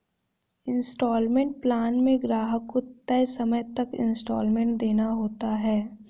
instalment plan में ग्राहक को तय समय तक इन्सटॉलमेंट देना होता है